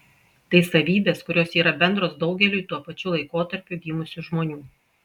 tai savybės kurios yra bendros daugeliui tuo pačiu laikotarpiu gimusių žmonių